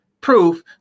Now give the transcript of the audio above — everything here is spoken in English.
proof